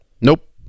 Nope